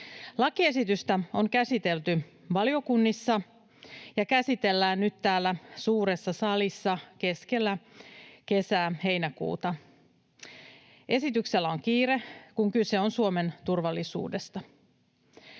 Lakiesitystä on käsitelty valiokunnissa ja käsitellään nyt täällä suuressa salissa keskellä kesää, heinäkuuta. Esityksellä on kiire, kun kyse on Suomen turvallisuudesta.